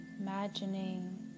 imagining